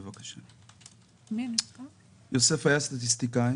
אדוני, לא צריך להתנצל.